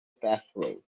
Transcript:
pathway